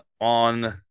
on